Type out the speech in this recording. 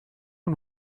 een